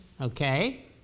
Okay